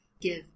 give